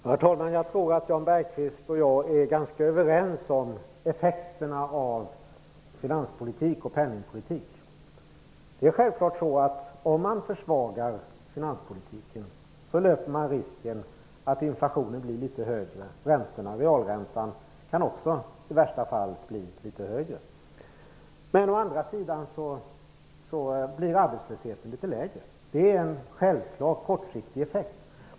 Herr talman! Jag tror att Jan Bergqvist och jag är ganska överens om effekterna av finanspolitik och penningpolitik. Det är självklart så att om man försvagar finanspolitiken så löper man risken att inflationen blir litet högre och att realräntan i värsta fall kan bli litet högre. Men å andra sidan blir arbetslösheten litet lägre. Det är en självklar och kortsiktig effekt.